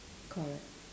correct